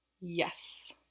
Yes